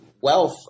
wealth